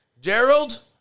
Gerald